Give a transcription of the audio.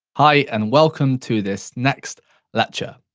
hi, and welcome to this next lecture.